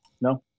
No